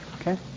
Okay